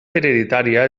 hereditària